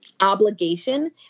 obligation